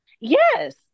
Yes